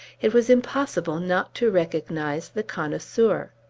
it was impossible not to recognize the connoisseur.